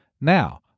now